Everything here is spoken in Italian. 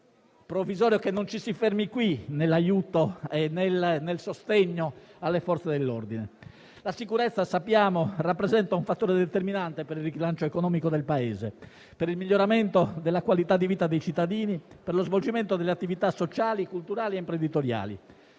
provvisorio. Spero che non ci si fermi qui nel sostegno alle Forze dell'ordine. La sicurezza rappresenta un fattore determinante per il rilancio economico del Paese, per il miglioramento della qualità di vita dei cittadini, per lo svolgimento delle attività sociali, culturali e imprenditoriali;